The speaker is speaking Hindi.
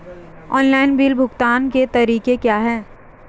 ऑनलाइन बिल भुगतान के तरीके क्या हैं?